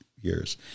years